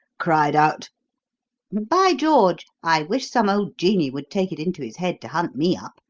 cried out by george! i wish some old genie would take it into his head to hunt me up,